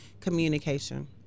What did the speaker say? communication